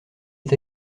est